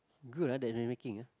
good that they're making